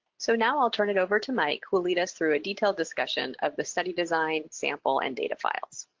so now i'll turn it over to mike who'll lead us through a detailed discussion of the study design sample and data files.